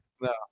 No